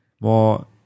More